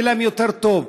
שיהיה להם יותר טוב.